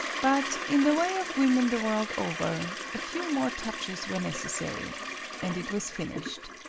but in the way of women the world over a few more touches were necessary and it was finished.